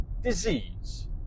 disease